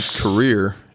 career